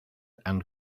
and